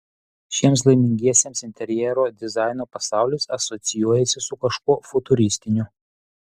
šiems laimingiesiems interjero dizaino pasaulis asocijuojasi su kažkuo futuristiniu